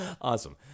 Awesome